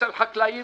אצל חקלאים.